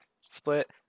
split